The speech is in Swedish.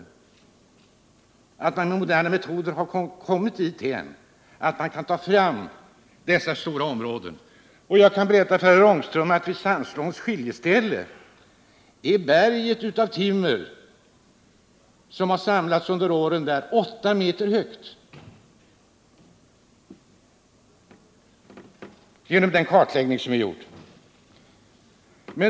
Man har med moderna metoder kommit dithän att man kan ta fram dessa stora områden. Jag kan tala om för herr Ångström att vid Sandslåns skiljeställe är berget av timmer som under åren samlats där åtta meter högt. Det visar den kartläggning som gjorts.